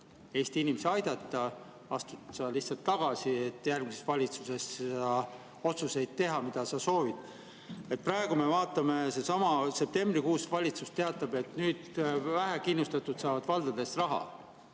Eesti inimesi aidata, astud sa lihtsalt tagasi, et järgmises valitsuses teha otsuseid, mida sa soovid. Praegu me vaatame, septembrikuus valitsus teatab, et nüüd vähekindlustatud saavad valdadest raha.